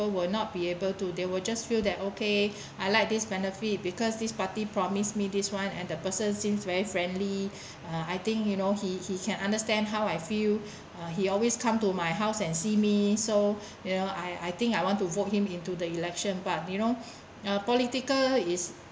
will not be able to they were just feel that okay I like this benefit because this party promise me this one and the person seems very friendly uh I think you know he he can understand how I feel uh he always come to my house and see me so you know I I think I want to vote him into the election but you know political is